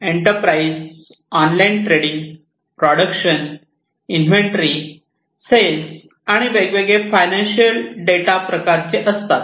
enterprise online trading production inventory sales आणि वेगवेगळे financial data प्रकारचे असतात